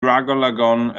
ragolygon